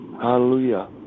Hallelujah